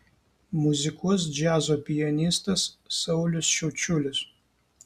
muzikuos džiazo pianistas saulius šiaučiulis